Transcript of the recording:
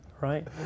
right